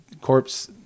corpse